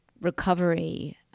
recovery